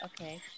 Okay